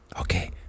Okay